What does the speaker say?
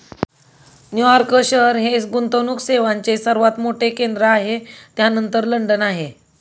New York शहर हे गुंतवणूक सेवांचे सर्वात मोठे केंद्र आहे त्यानंतर लंडन आहे